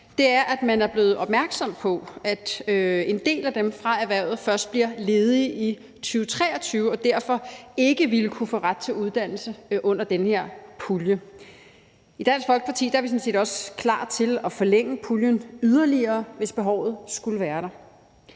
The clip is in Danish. er, at man er blevet opmærksom på, at en del af dem fra erhvervet først bliver ledige i 2023 og derfor ikke ville kunne få ret til uddannelse under den her pulje. I Dansk Folkeparti er vi sådan set også klar til at forlænge puljen yderligere, hvis behovet skulle være der.